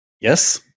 Yes